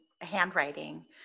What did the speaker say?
handwriting